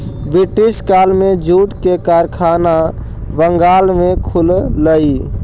British काल में jute के कारखाना बंगाल में खुललई